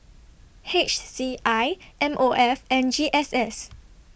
H C I M O F and G S S